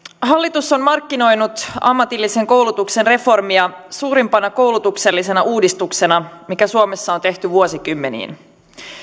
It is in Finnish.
hallitus on markkinoinut ammatillisen koulutuksen reformia suurimpana koulutuksellisena uudistuksena mikä suomessa on tehty vuosikymmeniin